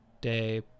day